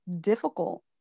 difficult